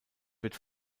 wird